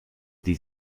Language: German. die